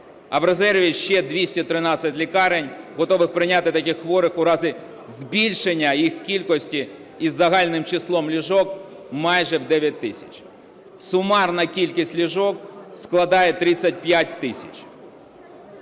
а в резерві ще 213 лікарень готових прийняти таких хворих у разі збільшення їх кількості із загальним числом ліжок майже в 9 тисяч. Сумарна кількість ліжок складає 35 тисяч.